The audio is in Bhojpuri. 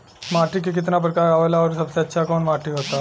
माटी के कितना प्रकार आवेला और सबसे अच्छा कवन माटी होता?